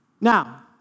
Now